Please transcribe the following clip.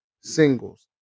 singles